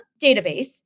database